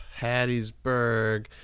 Hattiesburg